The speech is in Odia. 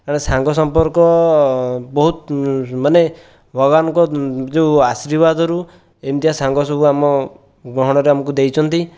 କାରଣ ସାଙ୍ଗ ସମ୍ପର୍କ ବହୁତ ମାନେ ଭଗବାନଙ୍କ ଯେଉଁ ଆଶୀର୍ବାଦରୁ ଏମିତିଆ ସାଙ୍ଗ ସବୁ ଆମ ଗହଣରେ ଆମକୁ ଦେଇଛନ୍ତି